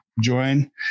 join